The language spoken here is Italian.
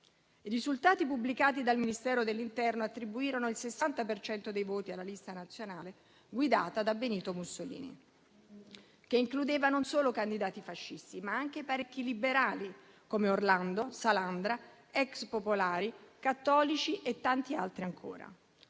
I risultati pubblicati dal Ministero dell'interno attribuirono il 60 per cento dei voti alla Lista nazionale guidata da Benito Mussolini, che includeva non solo candidati fascisti, ma anche parecchi liberali, come Orlando e Salandra, ex popolari, cattolici e tanti altri ancora.